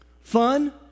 fun